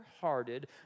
hearted